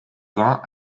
vingts